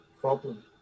problem